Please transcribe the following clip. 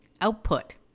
output